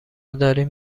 داریم